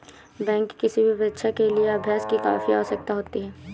bank की किसी भी परीक्षा के लिए अभ्यास की काफी आवश्यकता होती है